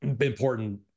important